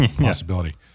Possibility